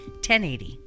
1080